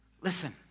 listen